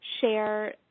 share